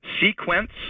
sequence